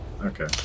Okay